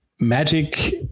magic